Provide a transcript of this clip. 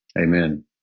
amen